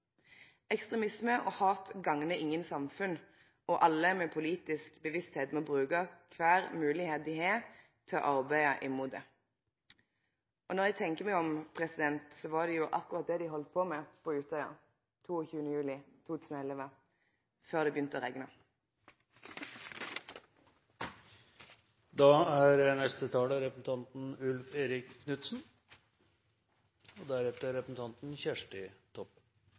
Ekstremisme og hat gagnar ikkje noko samfunn, og alle med politisk bevisstheit må bruke kvar moglegheit dei har til å arbeide imot dette. Og når eg tenkjer meg om, så var det jo akkurat det dei heldt på med på Utøya 22. juli 2011, før det begynte å regne.